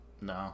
No